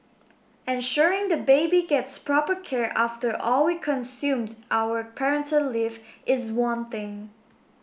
ensuring the baby gets proper care after all we consume our parental leave is one thing